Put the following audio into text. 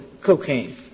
cocaine